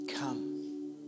Come